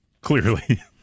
Clearly